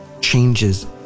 changes